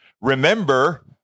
Remember